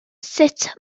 sut